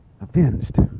Avenged